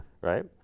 Right